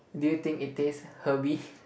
do you think it is herby